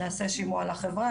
נעשה שימוע לחברה,